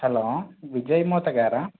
hello Vijay మోత గారా